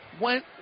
went